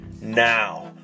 now